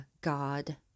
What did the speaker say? God